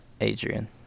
Adrian